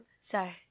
Sorry